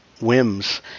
whims